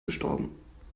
gestorben